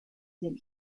del